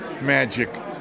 magic